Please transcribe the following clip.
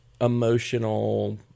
emotional